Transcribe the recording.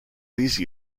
these